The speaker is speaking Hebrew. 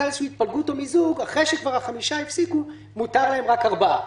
איזו שהיא התפלגות או מיזוג מותר להם רק ארבעה.